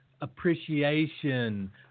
appreciation